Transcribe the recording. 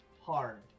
hard